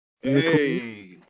Hey